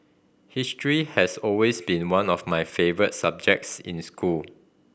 history has always been one of my favourite subjects in school